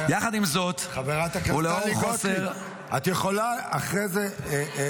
חברת הכנסת טלי גוטליב, את יכולה אחרי זה.